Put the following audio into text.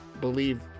believe